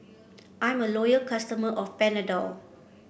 I'm a loyal customer of Panadol